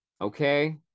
Okay